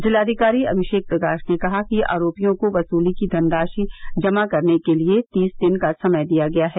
जिलाधिकारी अभिषेक प्रकाश ने कहा कि आरोपियों को वसूली की धनराशि जमा करने के लिए तीस दिन का समय दिया गया है